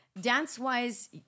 Dance-wise